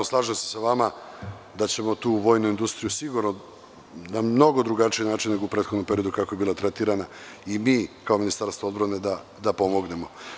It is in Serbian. Slažem se sa vama da ćemo tu vojnu industriju na mnogo drugačiji način, nego u prethodnom periodu, kako je bila tretirana, kao Ministarstvo odbrane da pomognemo.